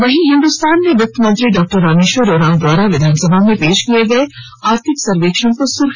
वहीं हिन्दुस्तान ने वित मंत्री डा रामेश्वर उरांव द्वारा विधानसभा में पेश किए गए आर्थिक सर्वेक्षण को सुर्खी बनाई है